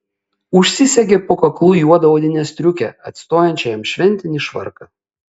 užsisegė po kaklu juodą odinę striukę atstojančią jam šventinį švarką